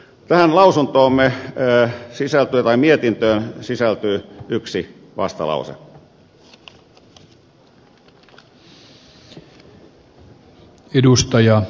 tähän mietintöön sisältyy yksi vastalause